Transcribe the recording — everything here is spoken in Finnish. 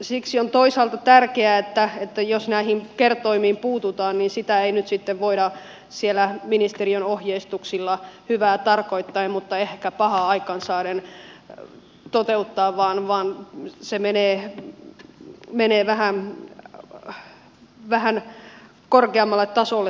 siksi on toisaalta tärkeää että jos näihin kertoimiin puututaan niin sitä ei nyt sitten voida siellä ministeriön ohjeistuksilla hyvää tarkoittaen mutta ehkä pahaa aikaan saaden toteuttaa vaan tämä päätöksenteko menee vähän korkeammalle tasolle